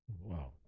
Wow